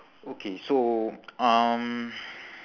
okay so um